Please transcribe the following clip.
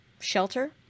shelter